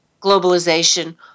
globalization